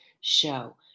show